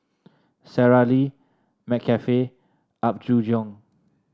Sara Lee McCafe Apgujeong